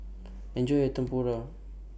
Enjoy your Tempura